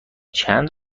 چند